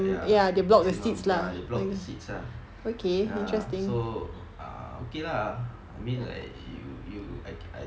ya ya they block the seats ah ya so err okay lah I mean like you you I I